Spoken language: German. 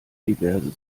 diverse